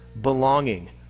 belonging